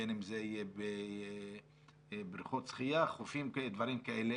בין אם זה בבריכות שחיה, חופים, דברים כאלה.